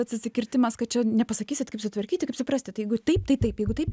atsisikirtimas kad čia nepasakysit kaip sutvarkyti kaip suprasti tai jeigu taip tai taip jeigu taip